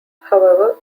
however